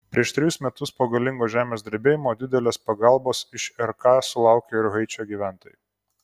prieš trejus metus po galingo žemės drebėjimo didelės pagalbos iš rk sulaukė ir haičio gyventojai